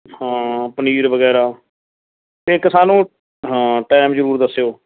ਹਾਂ ਪਨੀਰ ਵਗੈਰਾ ਅਤੇ ਇੱਕ ਸਾਨੂੰ ਹਾਂ ਟਾਈਮ ਜ਼ਰੂਰ ਦੱਸਿਓ